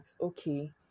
okay